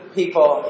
people